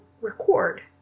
record